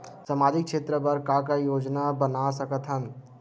सामाजिक क्षेत्र बर का का योजना बना सकत हन?